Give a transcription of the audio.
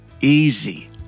easy